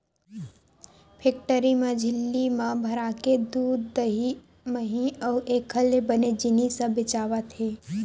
factory म झिल्ली म भराके दूद, दही, मही अउ एखर ले बने जिनिस ह बेचावत हे